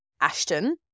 Ashton